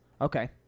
Okay